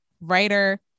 writer